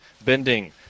bending